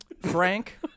Frank